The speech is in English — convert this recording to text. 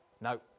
no